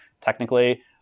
technically